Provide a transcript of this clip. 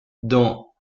dans